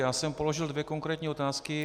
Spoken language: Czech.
Já jsem položil dvě konkrétní otázky.